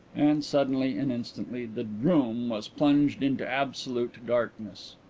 and suddenly and instantly the room was plunged into absolute darkness.